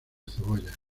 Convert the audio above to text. cebolla